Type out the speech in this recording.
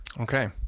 okay